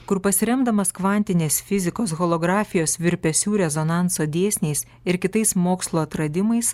kur pasiremdamas kvantinės fizikos holografijos virpesių rezonanso dėsniais ir kitais mokslo atradimais